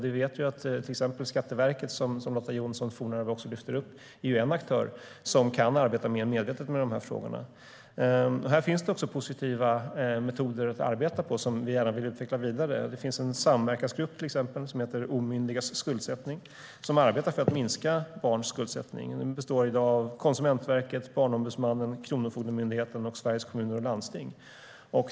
Vi vet att till exempel Skatteverket, som Lotta Johnsson Fornarve också lyfter fram, är en aktör som kan arbeta mer medvetet med dessa frågor. Här finns det positiva metoder att arbeta med och som vi gärna vill utveckla vidare. Det finns till exempel en samverkansgrupp som heter Omyndigas skuldsättning och som arbetar för att minska barns skuldsättning. Den består i dag av Konsumentverket, Barnombudsmannen, Kronofogdemyndigheten och Sveriges Kommuner och Landsting.